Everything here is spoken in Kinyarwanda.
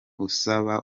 usaba